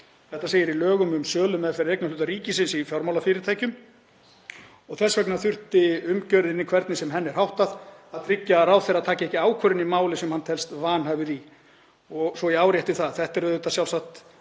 Þetta segir í lögum um sölumeðferð eignarhluta ríkisins í fjármálafyrirtækjum og þess vegna þurfti umgjörðin, hvernig sem henni er háttað, að tryggja að ráðherra tæki ekki ákvörðun í máli sem hann teldist vanhæfur í. Svo ég árétti það þá er þetta sjálfsagt